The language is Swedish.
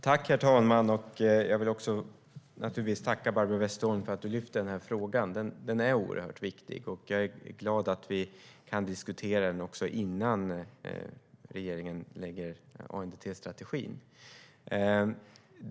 Herr talman! Jag vill tacka Barbro Westerholm för att hon lyfter frågan. Den är oerhört viktig, och jag är glad att vi kan diskutera den också innan regeringen lägger fram ANDT-strategin.